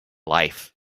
life